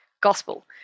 gospel